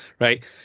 Right